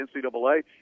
NCAA